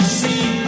see